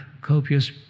copious